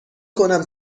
کنم